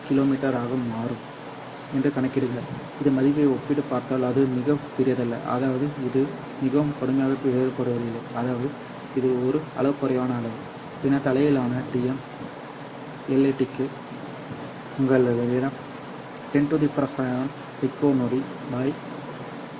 me ஆக மாறும் என்று கணக்கிடுங்கள் இந்த மதிப்பை ஒப்பிட்டுப் பார்த்தால் அது மிகப் பெரியதல்ல அதாவது இது மிகவும் கடுமையாக வேறுபடவில்லை அதாவது இது ஒரு அளவு குறைவான அளவு பின்னர் தலைமையிலான Dm LEDக்கு உங்களிடம் 10 7 பைக்கோ நொடி என்